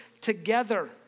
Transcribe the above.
together